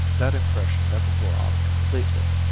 that impression never wore off completely.